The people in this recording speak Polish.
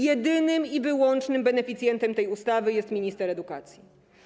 Jedynym i wyłącznym beneficjentem tej ustawy jest minister edukacji.